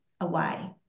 away